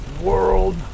World